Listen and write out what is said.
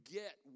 get